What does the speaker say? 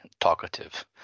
talkative